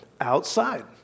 outside